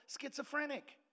schizophrenic